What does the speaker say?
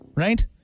right